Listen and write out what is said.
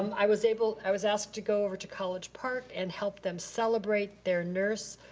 um i was able, i was asked to go over to college park and help them celebrate their nurse,